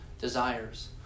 desires